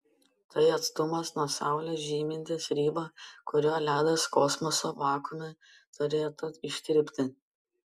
tai atstumas nuo saulės žymintis ribą kuriuo ledas kosmoso vakuume turėtų ištirpti